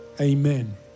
Amen